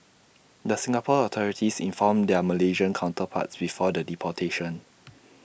the Singapore authorities informed their Malaysian counterparts before the deportation